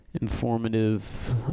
Informative